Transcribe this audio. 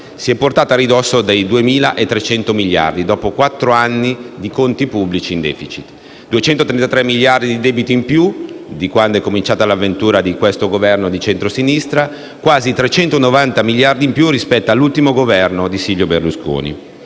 si è portato a ridosso dei 2.300 miliardi, dopo quattro anni di conti pubblici in *deficit*: 233 miliardi di debito in più di quando è cominciata l'avventura di questo Governo di centrosinistra, quasi 390 miliardi in più rispetto all'ultimo Governo di Silvio Berlusconi.